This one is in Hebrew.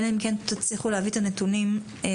אלא אם כן תצליחו להביא את הנתונים בזמן,